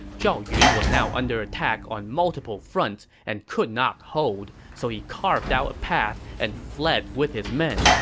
zhao yun was now under attack on multiple fronts and could not hold, so he carved out a path and fled with his men.